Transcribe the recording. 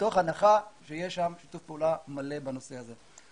מתוך הנחה שיש שם שיתוף פעולה מלא בנושא הזה.